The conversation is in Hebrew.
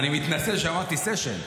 אני מתנצל שאמרתי "סשן".